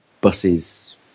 buses